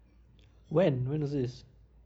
when when was this